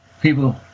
people